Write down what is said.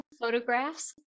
photographs